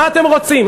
מה אתם רוצים?